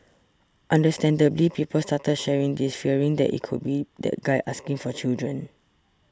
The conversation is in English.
understandably people started sharing this fearing that it could be that guy asking for children